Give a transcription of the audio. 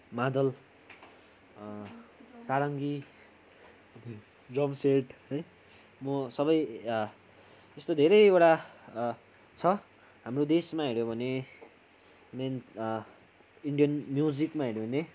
मादल सारङ्गी drum set है म सबै त्यस्तो धेरैवटा छ हाम्रो देशमा हेऱ्यौँ भने मेन इन्डियन म्युजिकमा हेऱ्यौँ भने